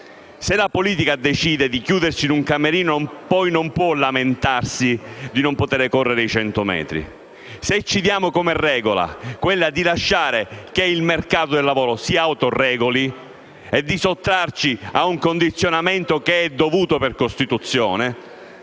Se la politica decide di chiudersi in un camerino, poi non può lamentarsi di non poter correre i 100 metri. Se ci diamo come regola quella di lasciare che il mercato del lavoro si autoregoli e di sottrarci a un condizionamento che è dovuto per Costituzione,